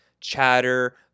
Chatter